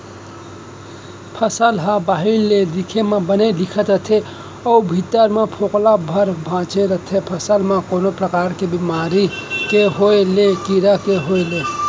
फसल ह बाहिर ले देखे म बने दिखत रथे अउ भीतरी म फोकला भर बांचे रथे फसल म कोनो परकार के बेमारी के होय ले या कीरा के होय ले